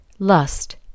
Lust